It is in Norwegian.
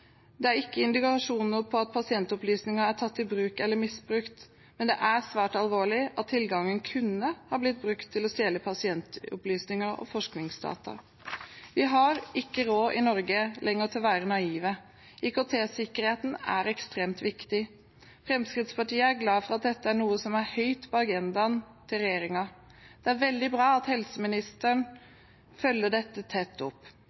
Det er ikke indikasjoner på at pasientopplysninger er tatt i bruk eller misbrukt, men det er svært alvorlig at tilgangen kunne ha blitt brukt til å stjele pasientopplysninger og forskningsdata. I Norge har vi ikke lenger råd til å være naive. IKT-sikkerheten er ekstremt viktig. Fremskrittspartiet er glad for at dette er noe som er høyt på agendaen til regjeringen. Det er veldig bra at helseministeren følger dette tett opp.